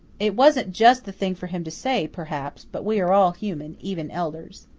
it wasn't just the thing for him to say, perhaps, but we are all human, even elders.